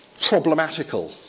problematical